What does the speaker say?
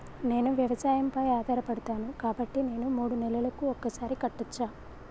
నేను వ్యవసాయం పై ఆధారపడతాను కాబట్టి నేను మూడు నెలలకు ఒక్కసారి కట్టచ్చా?